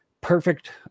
Perfect